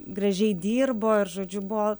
gražiai dirbo ir žodžiu buvo